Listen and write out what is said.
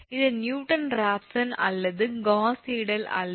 இது Newton Raphson அல்லது Gauss Seidel அல்ல